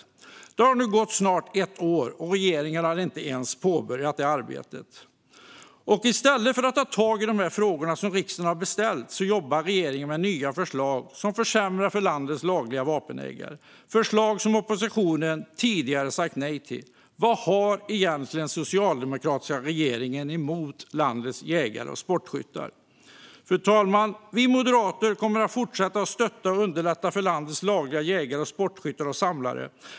Det har nu gått snart ett år, och regeringen har inte ens påbörjat det arbetet. I stället för att ta tag i frågorna i riksdagens tillkännagivanden jobbar regeringen med nya förslag som försämrar för landets lagliga vapenägare, förslag som oppositionen tidigare sagt nej till. Vad har den socialdemokratiska regeringen egentligen emot landets jägare och sportskyttar? Fru talman! Vi moderater kommer att fortsätta att stötta och underlätta för landets lagliga jägare, sportskyttar och samlare.